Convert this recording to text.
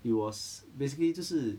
it was basically 就是